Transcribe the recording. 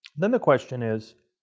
then the question is,